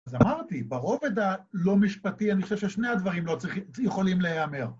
אז אמרתי, בעובד הלא משפטי אני חושב ששני הדברים יכולים להיאמר